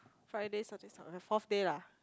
Friday the fourth day lah